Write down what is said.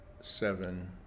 seven